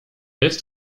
jest